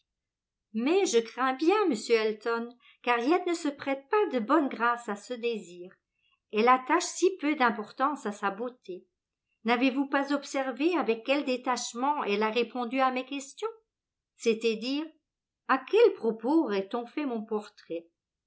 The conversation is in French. mais je crains bien monsieur elton qu'harriet ne se prête pas de bonne grâce à ce désir elle attache si peu d'importance à sa beauté n'avez-vous pas observé avec quel détachement elle a répondu à ma question c'était dire à quel propos aurait-on fait mon portrait